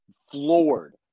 floored